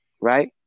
right